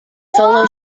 solo